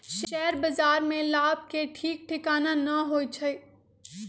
share बाजार में लाभ के ठीक ठिकाना न होइ छइ